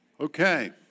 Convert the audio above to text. Okay